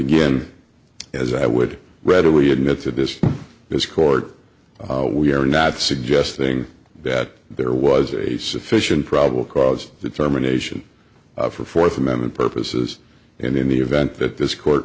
again as i would readily admit to this this court we are not suggesting that there was a sufficient probable cause determination for fourth amendment purposes and in the event that this court